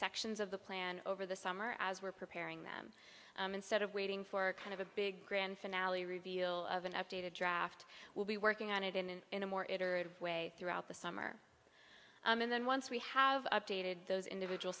sections of the plan over the summer as we're preparing them instead of waiting for kind of a big grand finale reveal of an updated draft will be working on it and in a more iterative way throughout the summer and then once we have updated those individual